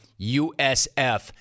USF